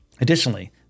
Additionally